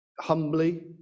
humbly